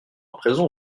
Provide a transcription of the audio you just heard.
présent